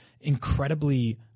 incredibly